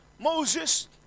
Moses